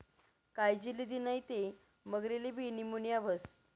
कायजी लिदी नै ते मगरलेबी नीमोनीया व्हस